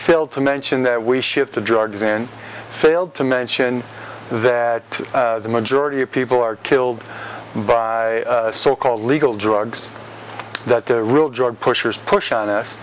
failed to mention that we shipped to drugs and failed to mention that the majority of people are killed by so called legal drugs that the real drug pushers push on us